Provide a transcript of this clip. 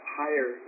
higher